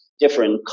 different